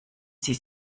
sie